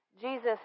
Jesus